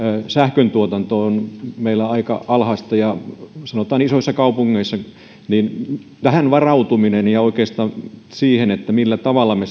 sähköntuotanto on meillä aika alhaista ja sanotaan isoissa kaupungeissa tarvitaan varautumista oikeastaan siihen millä tavalla me